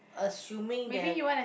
assuming that